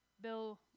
Bill